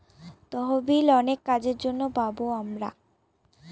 তহবিল অনেক কাজের জন্য পাবো আমরা